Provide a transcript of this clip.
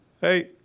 hey